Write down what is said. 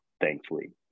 thankfully